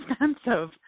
expensive